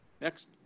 next